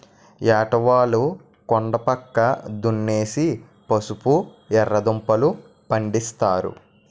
ఏటవాలు కొండా పక్క దున్నేసి పసుపు, ఎర్రదుంపలూ, పండిస్తారు